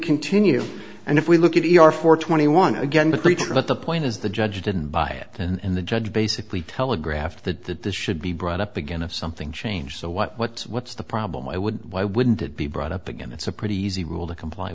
continue and if we look at your four twenty one again the creature but the point is the judge didn't buy it and the judge basically telegraphed that that this should be brought up again if something changed so what what's the problem why would why wouldn't it be brought up again it's a pretty easy rule to comply